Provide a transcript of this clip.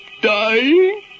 dying